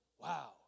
Wow